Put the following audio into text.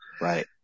Right